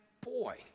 boy